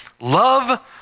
love